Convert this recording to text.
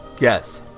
Yes